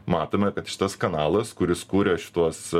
matome kad šitas kanalas kuris kūrė šituos